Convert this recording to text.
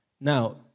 Now